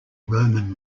roman